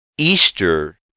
Easter